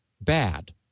bad